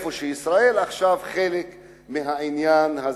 וישראל עכשיו חלק מהעניין הזה,